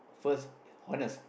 first honest